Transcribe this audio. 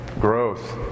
Growth